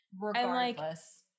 Regardless